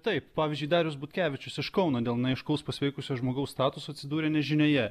taip pavyzdžiui darius butkevičius iš kauno dėl neaiškaus pasveikusio žmogaus statuso atsidūrė nežinioje